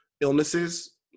illnesses